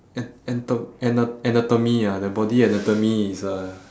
an~ anto~ ana~ anatomy ah their body anatomy is uh